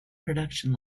production